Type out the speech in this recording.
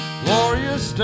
glorious